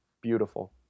Beautiful